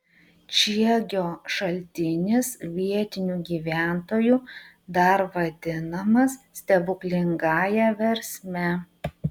čiegio šaltinis vietinių gyventojų dar vadinamas stebuklingąja versme